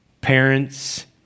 parents